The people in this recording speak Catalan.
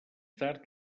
tard